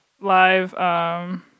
live